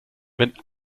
wenn